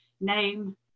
name